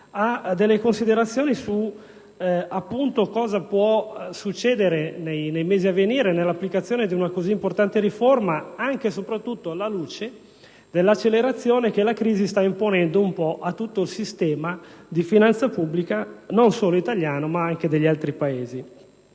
alcune considerazioni su quanto potrebbe accadere nei prossimi mesi in seguito all'applicazione di una così importante riforma, anche e soprattutto alla luce dell'accelerazione che la crisi sta imponendo a tutto il sistema di finanza pubblica non solo italiano ma anche degli altri Paesi.